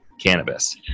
cannabis